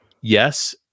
yes